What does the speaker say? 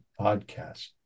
podcast